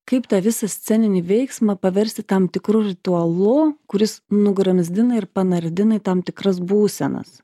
kaip tą visą sceninį veiksmą paversti tam tikru ritualu kuris nugramzdina ir panardina į tam tikras būsenas